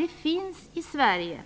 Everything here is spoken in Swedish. Det finns i Sverige,